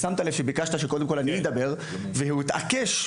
שמת לב שביקשת שאני אדבר קודם והוא התעקש,